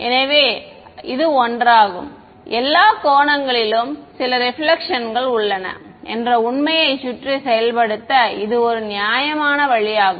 எனவே இது ஒன்றாகும் எல்லா கோணங்களிலும் சில ரெபிலெக்ஷன்கள் உள்ளன என்ற உண்மையைச் சுற்றி செயல்படுத்த இது ஒரு நியாயமான வழியாகும்